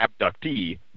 abductee